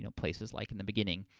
you know places like in the beginning,